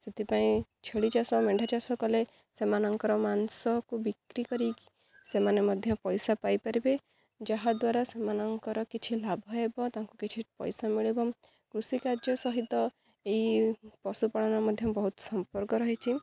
ସେଥିପାଇଁ ଛେଳି ଚାଷ ମେଣ୍ଢା ଚାଷ କଲେ ସେମାନଙ୍କର ମାଂସକୁ ବିକ୍ରି କରିକି ସେମାନେ ମଧ୍ୟ ପଇସା ପାଇପାରିବେ ଯାହାଦ୍ୱାରା ସେମାନଙ୍କର କିଛି ଲାଭ ହେବ ତାଙ୍କୁ କିଛି ପଇସା ମିଳିବ କୃଷିିକାର୍ଯ୍ୟ ସହିତ ଏଇ ପଶୁପାଳନ ମଧ୍ୟ ବହୁତ ସମ୍ପର୍କ ରହିଛି